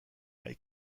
hay